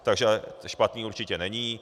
Takže špatný určitě není.